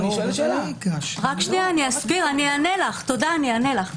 אתייחס לכך.